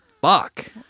fuck